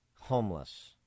homeless